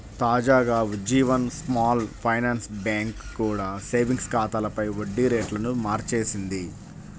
తాజాగా Ujjivan small finance bank కూడా savings ఖాతాలపై వడ్డీ రేట్లను మార్చేసింది